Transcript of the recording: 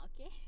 okay